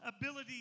ability